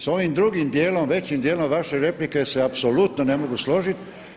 Sa ovim drugim dijelom, većim dijelom vaše replike se apsolutno ne mogu složiti.